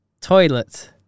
toilet